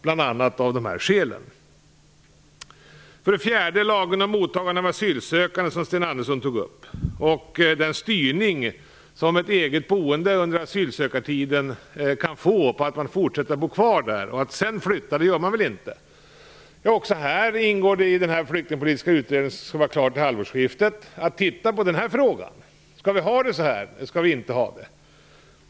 För det fjärde tog Sten Andersson upp lagen om asylsökande och den styrning som ett eget boende kan få om man fortsätter att bo kvar under asylsökningstiden och därefter flyttar. Det gör man väl inte? Det ingår också i uppdraget till den flyktingpolitiska utredningen, som skall vara klar vid halvårsskiftet, att se över om vi skall vi ha det så här eller inte?